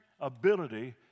ability